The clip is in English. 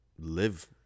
live